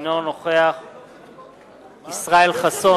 אינו נוכח ישראל חסון,